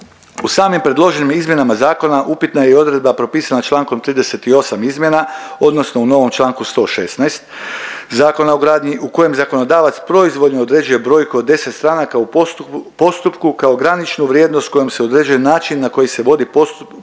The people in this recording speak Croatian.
U samim predloženim izmjenama zakona upitna je i odredba propisana Člankom 38. izmjena odnosno u novom Članku 116. Zakona o gradnji u kojem zakonodavac proizvoljno određuje brojku od 10 stranaka u postu… postupku kao graničnu vrijednost kojom se određuje način na koji se vodi postupak